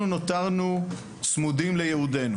אנחנו נותרנו צמודים לייעודנו.